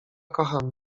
kocham